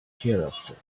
hereafter